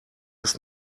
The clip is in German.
ist